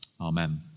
Amen